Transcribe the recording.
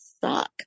suck